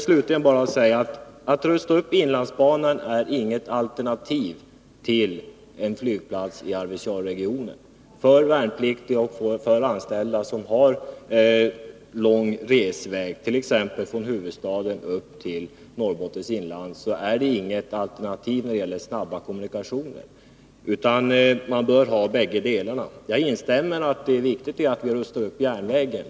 Slutligen vill jag säga att upprustning av inlandsbanan inte är något alternativ till en flygplats i Arvidsjaurregionen när det gäller snabba kommunikationer för värnpliktiga och anställda vid förbandet som har lång resväg, t.ex. från huvudstaden upp till Norrbottens inland. Man bör ha bägge delarna. Jag instämmer i att det är viktigt att vi rustar upp järnvägen.